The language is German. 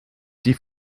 die